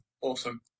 awesome